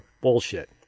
bullshit